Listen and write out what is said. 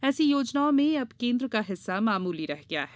ऐसी योजनाओं में अब केन्द्र का हिस्सा मामूली रह गया है